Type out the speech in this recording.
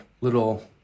little